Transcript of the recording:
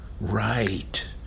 Right